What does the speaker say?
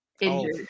Injured